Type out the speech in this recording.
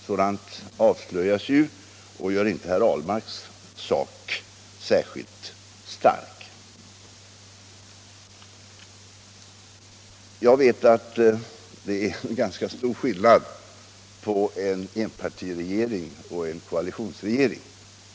Sådant avslöjas ju och gör inte herr Ahlmarks sak särskilt stark. Jag vet att det är ganska stor skillnad på en enpartiregering och en koalitionsregering.